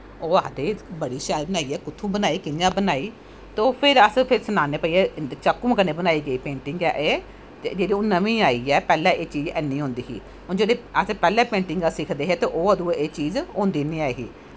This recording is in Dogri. ओह् आखदे बड़ी शैल बनाई ऐ कुत्थूं बनाई कियां बनाई तो फिर अस फिर सनानें चाकुएं कन्नै बनाई गेदी ऐ ते जेह्ड़ी हून नमीं आई ऐ पैह्लैं नेंई होंदी ही हून जेह्ड़ी अस पैह्लैं पेंटिंगा सिखदे हे ओह् चीज़ होंदी नी ऐही